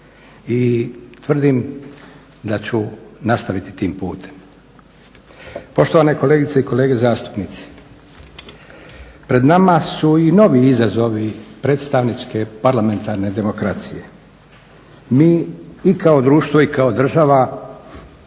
i tvrdim da ću nastaviti tim putem. Poštovane kolegice i kolege zastupnici, pred nama su i novi izazovi predstavničke parlamentarne demokracije. Mi i kao društvo i kao država